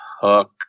hook